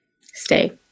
Stay